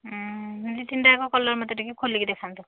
ଦୁଇ ତିନିଟା ଯାକ କଲର୍ ମୋତେ ଟିକିଏ ଖୋଲିକି ଦେଖାନ୍ତୁ